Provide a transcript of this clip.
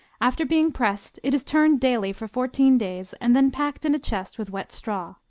after being pressed it is turned daily for fourteen days and then packed in a chest with wet straw.